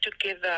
together